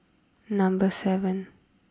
number seven